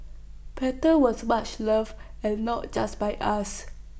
paddles was much loved and not just by us